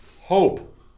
Hope